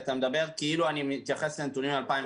כי אתה מדבר כאילו אני מתייחס לנתונים מ-2016.